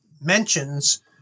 mentions